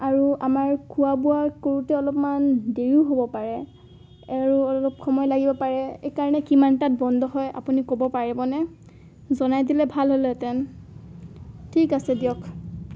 আৰু আমাৰ খোৱা বোৱা কৰোঁতে অলপমান দেৰিও হ'ব পাৰে আৰু অলপ সময় লাগিব পাৰে এইকাৰণে কিমানটাত বন্ধ হয় আপুনি ক'ব পাৰিবনে জনাই দিলে ভাল হ'লেহঁতেন ঠিক আছে দিয়ক